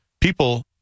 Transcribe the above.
people